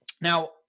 Now